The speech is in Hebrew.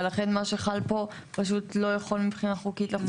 ולכן מה שחל פה פשוט לא יכול מבחינה חוקית.